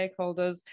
stakeholders